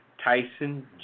Tyson